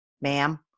ma'am